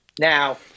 Now